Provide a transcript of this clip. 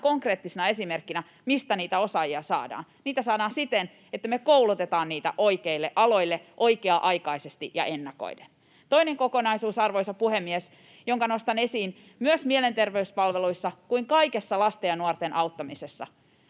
konkreettisena esimerkkinä, mistä niitä osaajia saadaan. Niitä saadaan siten, että me koulutetaan niitä oikeille aloille oikea-aikaisesti ja ennakoiden. Toinen kokonaisuus, arvoisa puhemies, jonka nostan esiin niin mielenterveyspalveluissa kuin kaikessa lasten ja nuorten auttamisessa: